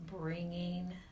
bringing